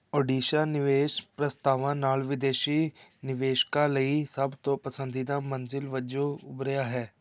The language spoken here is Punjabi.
ਓਡੀਸ਼ਾ ਨਿਵੇਸ਼ ਪ੍ਰਸਤਾਵਾਂ ਨਾਲ ਵਿਦੇਸ਼ੀ ਨਿਵੇਸ਼ਕਾਂ ਲਈ ਸਭ ਤੋਂ ਪਸੰਦੀਦਾ ਮੰਜ਼ਿਲ ਵਜੋਂ ਉੱਭਰਿਆ ਹੈ